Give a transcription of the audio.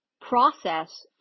process